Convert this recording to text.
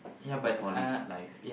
poly life